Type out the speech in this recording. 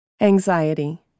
Anxiety